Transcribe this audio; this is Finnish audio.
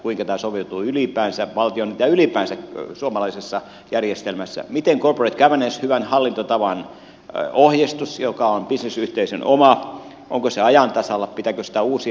kuinka tämä soveltuu ylipäänsä valtion ja ylipäänsä suomalaisessa järjestelmässä onko corporate governance hyvän hallintotavan ohjeistus joka on bisnesyhteisön oma ajan tasalla pitääkö sitä uusia